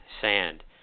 sand